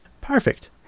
Perfect